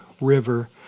river